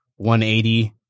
180